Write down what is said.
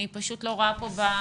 כן.